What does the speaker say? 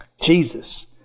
Jesus